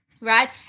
right